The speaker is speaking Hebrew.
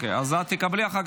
להציג.